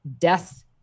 death